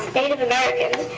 native americans,